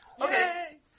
Okay